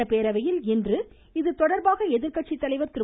சட்டப்பேரவையில் இதுதொடர்பாக எதிர்க்கட்சி தலைவர் திரு